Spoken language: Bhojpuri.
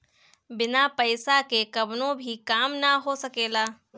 बिना पईसा के कवनो भी काम ना हो सकेला